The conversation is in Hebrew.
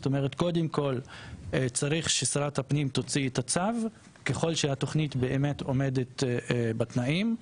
קודם כל צריך ששרת הפנים תוציא את הצו ככל שהתוכנית באמת עומדת בתנאים.